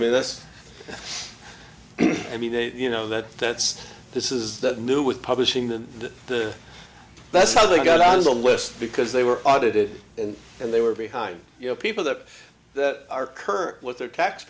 mean that's i mean they you know that that's this is that new with publishing the the that's how they got on the list because they were audited and they were behind you know people that are current with their tax